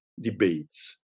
debates